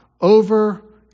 over